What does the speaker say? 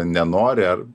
nenori ar